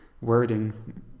wording